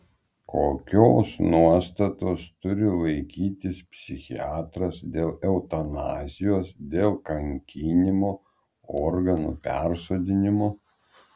kokios nuostatos turi laikytis psichiatras dėl eutanazijos dėl kankinimo organų persodinimo